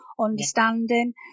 understanding